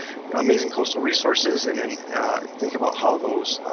amazing coastal resources. and then think about how those,